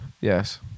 Yes